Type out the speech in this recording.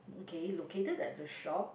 okay located at the shop